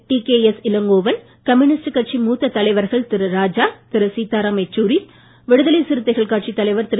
TKS Elangovan communist கட்சி மூத்த தலைவர்கள் திரு ராஜா திரு சீதாராம் யெச்சூரி விடுதலை சிறுத்தைகள் தலைவர் திரு